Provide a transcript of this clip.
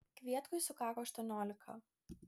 kvietkui sukako aštuoniolika